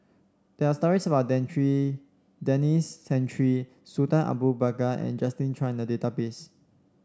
there are stories about Denis Santry Sultan Abu Bakar and Justin Zhuang in the database